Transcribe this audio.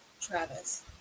travis